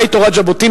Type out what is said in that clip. מהי תורת ז'בוטינסקי,